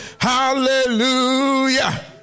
hallelujah